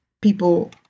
people